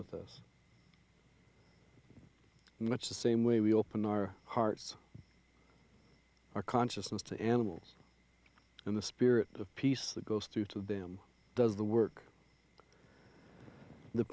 with us and much the same way we open our hearts our consciousness to animals and the spirit of peace that goes through to them does the work the